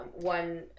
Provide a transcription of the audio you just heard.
one